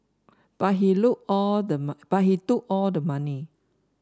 but he look all the but he took all the money